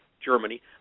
Germany